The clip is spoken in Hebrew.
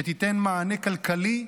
שתיתן מענה כלכלי,